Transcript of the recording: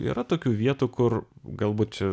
yra tokių vietų kur galbūt čia